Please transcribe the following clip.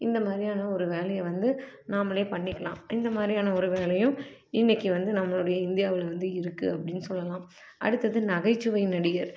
இந்த மாதிரியான ஒரு வேலையை வந்து நாம்மளே பண்ணிக்கலாம் இந்த மாதிரியான ஒரு வேலையும் இன்னக்கு வந்து நம்மளுடைய இந்தியாவில் வந்து இருக்கு அப்படின்னு சொல்லலாம் அடுத்தது நகைச்சுவை நடிகர்